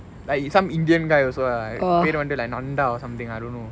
like it's some indian guy also ah பேரு வந்து:peru vanthu like nandhaa or something I also don't know